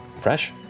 fresh